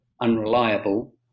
unreliable